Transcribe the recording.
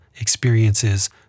experiences